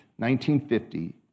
1950